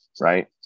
right